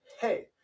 Hey